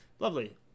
Lovely